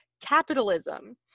Capitalism